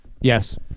Yes